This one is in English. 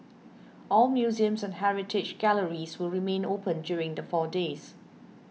all museums and heritage galleries will remain open during the four days